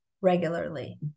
regularly